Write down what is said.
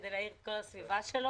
כדי להאיר את כל הסביבה שלו.